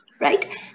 Right